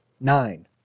nine